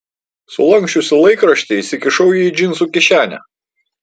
sulanksčiusi laikraštį įsikišau jį į džinsų kišenę